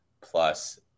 plus